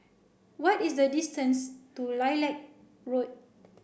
what is the distance to Lilac Road